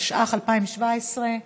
התשע"ח 2017,